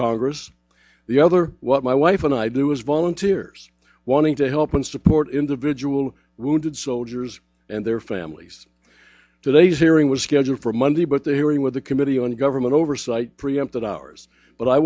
congress the other what my wife and i do is volunteers wanting to help and support individual wounded soldiers and their families today's hearing was scheduled for monday but the hearing with the committee on government oversight preempted ours but i